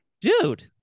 Dude